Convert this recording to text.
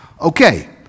Okay